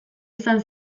izan